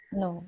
no